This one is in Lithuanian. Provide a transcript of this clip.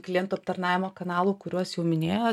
klientų aptarnavimo kanalų kuriuos jau minėjo